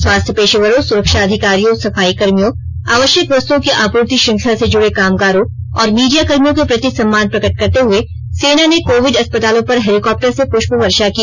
स्वास्थ्य पेशेवरों सुरक्षा अधिकारियों सफाई कर्मियों आवश्यक वस्तुओं की आपूर्ति श्रंखला से जुड़े कामगारों और मीडियाकर्मियों के प्रति सम्मान प्रकट करते हुए सेना ने कोविड अस्पतालों पर हेलिकॉप्टर से प्रष्प वर्षा की